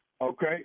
Okay